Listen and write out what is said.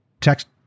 text